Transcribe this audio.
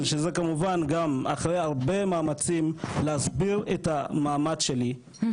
שזה כמובן גם אחרי הרבה מאמצים להסביר את המעמד שלי,